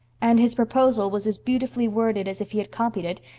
and his proposal was as beautifully worded as if he had copied it,